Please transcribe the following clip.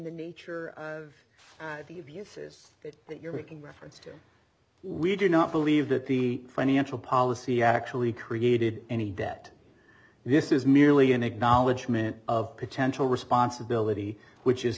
the nature of the abuses that that you're making reference to we do not believe that the financial policy actually created any debt this is merely an acknowledgement of potential responsibility which is